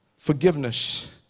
forgiveness